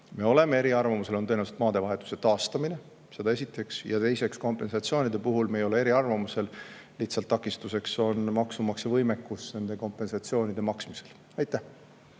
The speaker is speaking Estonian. me oleme eri arvamusel, on tõenäoliselt maadevahetuse taastamine. Seda esiteks. Ja teiseks, kompensatsioonide puhul me ei ole eri arvamusel, lihtsalt takistuseks on maksumaksja võimekus nende kompensatsioonide maksmisel. Tiit